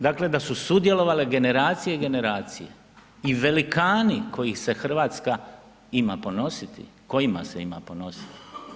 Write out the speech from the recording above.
Dakle, da su sudjelovale generacije i generacije i velikani kojih se Hrvatska ima ponositi, kojima se ima ponositi.